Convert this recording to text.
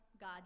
God